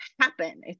happen